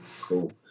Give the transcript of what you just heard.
Cool